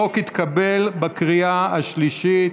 החוק התקבל בקריאה השלישית.